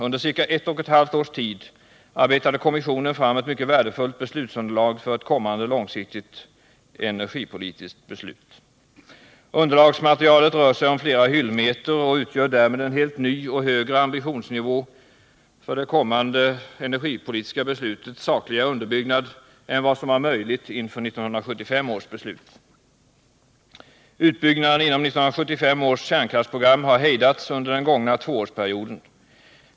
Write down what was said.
Under ca ett och ett halvt års tid arbetade kommissionen fram ett mycket värdefullt beslutsunderlag för ett kommande långsiktigt energipolitiskt beslut. Underlagsmaterialet rör sig om flera hyllmeter och utgör därmed en helt ny och högre ambitionsnivå för det kommande energibeslutets sakliga underbyggnad än vad som var möjligt inför 1975 års beslut. Utbyggnaden inom 1975 års kärnkraftsprogram har hejdats under den gångna tvåårsperioden.